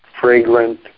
fragrant